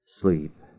Sleep